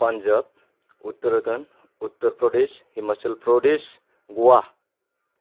Punjab Uttarakhand Uttar Pradesh Himachal Pradesh Goa